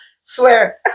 Swear